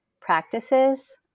practices